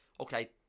okay